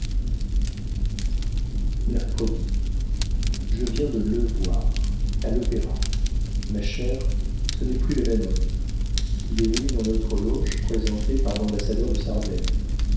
mercredi soir je viens de le voir à l'opéra ma chère ce n'est plus le même homme il est venu dans notre loge présenté par l'ambassadeur de sardaigne